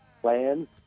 plans